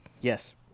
Yes